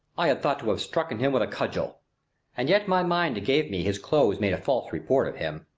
i had thought to have strucken him with a cudgel and yet my mind gave me his clothes made a false report of him.